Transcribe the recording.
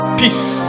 peace